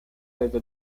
desde